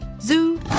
Zoo